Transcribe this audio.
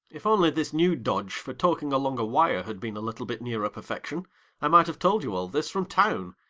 if only this new dodge for talking along a wire had been a little bit nearer perfection i might have told you all this from town,